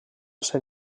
ser